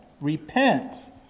Repent